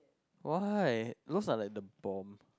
why those are like the boom